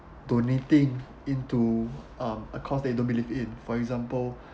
donating into um a cause they don't believe in for example